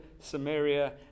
Samaria